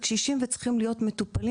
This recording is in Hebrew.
הקשישים צריכים להיות מטופלים